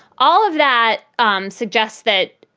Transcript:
all of that um suggests that,